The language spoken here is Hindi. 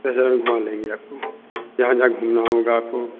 दस हजार मे घुमा कर लाएंगे आपको जहाँ जहाँ घूमना होगा आपको